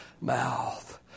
mouth